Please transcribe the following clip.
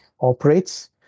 operates